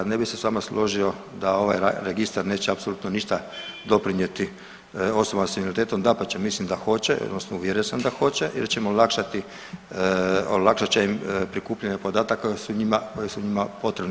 Ne bi se s vama složio da ovaj registar neće apsolutno ništa doprinijeti osobama s invaliditetom, dapače, mislim da hoće odnosno uvjeren sam da hoće jer ćemo olakšat će im prikupljanje podataka koje su njima potrebne.